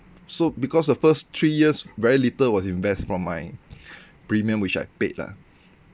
so because the first three years very little was invest from my premium which I paid lah